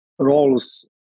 roles